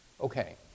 Okay